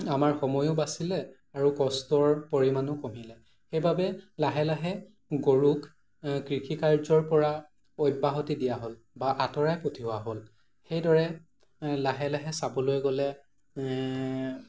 আমাৰ সময়ো বাচিলে আৰু কষ্টৰ পৰিমাণো কমিলে সেইবাবে লাহে লাহে গৰু কৃষিকাৰ্যৰ পৰা অব্যাহতি দিয়া হ'ল বা আঁতৰাই পঠিওৱা হ'ল সেইদৰে লাহে লাহে চাবলৈ গ'লে